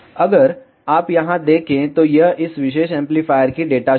अगर आप यहां देखें तो यह इस विशेष एम्पलीफायर की डेटा शीट है